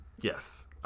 Yes